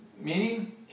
meaning